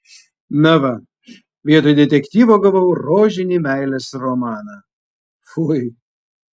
na va vietoj detektyvo gavau rožinį meilės romaną fui